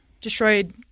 destroyed –